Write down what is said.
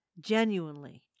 Genuinely